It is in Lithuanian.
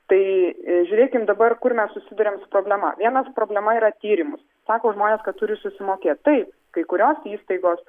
tai žiūrėkim dabar kur mes susiduriam su problema vienas problema yra tyrimus sako žmonės kad turi susimokėt taip kai kurios įstaigos